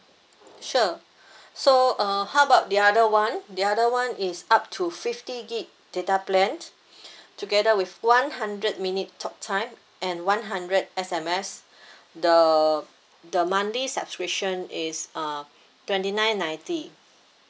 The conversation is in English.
sure so uh how about the other one the other one is up to fifty gig data plan together with one hundred minute talktime and one hundred S_M_S the the monthly subscription is uh twenty nine ninety